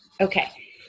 Okay